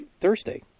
thursday